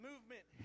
Movement